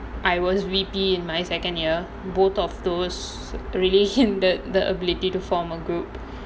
I was V_P in my second year both of those really hindered the ability to form a group